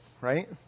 right